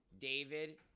David